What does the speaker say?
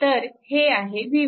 तर हे आहे v1